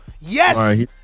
Yes